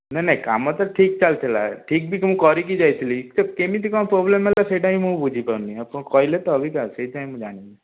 ନାହିଁ ନାହିଁ କାମ ତ ଠିକ୍ ଚାଲିଥିଲା ଠିକ୍ ବି ମୁଁ କରିକି ଯାଇଥିଲି କିନ୍ତୁ କେମିତି କ'ଣ ପ୍ରୋବ୍ଲେମ୍ ହେଲା ସେଇଟା ବି ମୁଁ ବୁଝି ପାରୁନି ଆପଣ କହିଲେତ ଅବିକା ସେଇଥିପାଇଁ ମୁଁ ଜାଣିଲି